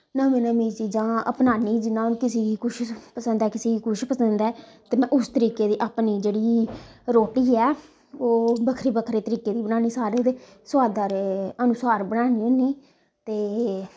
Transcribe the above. नमीं नमी चीजां अपनानी जियां किसे गी कुछ पसंद ऐ किसे गी कुछ पसंद ऐ ते में उस तरीके दी अपनी जेह्ड़ी रोटी ऐ ओह् बक्खरे बक्खरे तरीके दी बनानी सारें दे सोआदा दे अनुसार बनानी होनी ते